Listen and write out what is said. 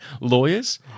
lawyers